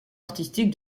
artistique